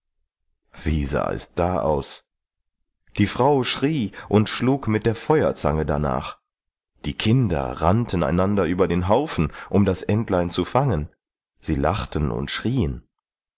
sah es da aus die frau schrie und schlug mit der feuerzange darnach die kinder rannten einander über den haufen um das entlein zu fangen sie lachten und schrieen